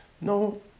No